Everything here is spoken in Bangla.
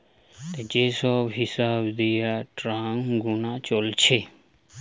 যে সব হিসাব দিয়ে ট্যাক্স গুনা চলছে